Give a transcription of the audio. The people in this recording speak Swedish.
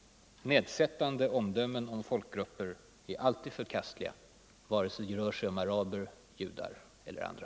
Nedsättande omdömen om folkgrupper är naturligtvis alltid förkastliga, vare sig de rör sig om araber, judar eller andra.